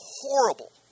horrible